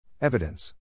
Evidence